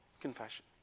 confession